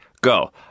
go